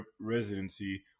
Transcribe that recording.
residency